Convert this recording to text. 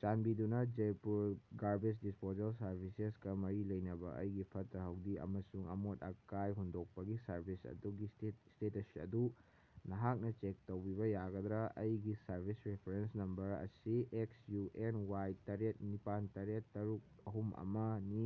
ꯆꯥꯟꯕꯤꯗꯨꯅ Jaipur garbage disposal ꯁꯥꯔꯚꯤꯁꯦꯁꯀ ꯃꯔꯤ ꯂꯩꯅꯕ ꯑꯩꯒꯤ ꯐꯠꯇ ꯍꯥꯎꯗꯤ ꯑꯃꯁꯨꯡ ꯑꯃꯣꯠ ꯑꯀꯥꯏ ꯍꯨꯟꯗꯣꯛꯄꯒꯤ ꯁꯔꯚꯤꯁ ꯑꯗꯨꯒꯤ ꯏꯁꯇꯦꯇꯁ ꯑꯗꯨ ꯅꯍꯥꯛꯅ ꯆꯦꯛ ꯇꯧꯕꯤꯕ ꯌꯥꯒꯗ꯭ꯔꯥ ꯑꯩꯒꯤ ꯁꯔꯚꯤꯁ ꯔꯤꯐ꯭ꯔꯦꯟꯁ ꯅꯝꯕꯔ ꯑꯁꯤ ꯑꯦꯛꯁ ꯌꯨ ꯑꯦꯟ ꯋꯥꯏ ꯇꯔꯦꯠ ꯅꯤꯄꯥꯟ ꯇꯔꯦꯠ ꯇꯔꯨꯛ ꯑꯍꯨꯝ ꯑꯃꯅꯤ